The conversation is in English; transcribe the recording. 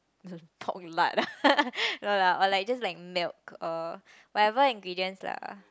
pork lard no lah or like just like milk uh whatever ingredients lah